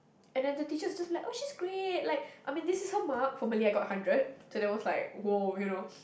and then the teacher will just be like oh she's great like I mean this is her mark for Malay I got hundred so that was like !woah! you know